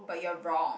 but you're wrong